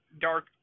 dark